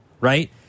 right